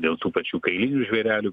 dėl tų pačių kailinių žvėrelių